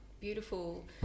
beautiful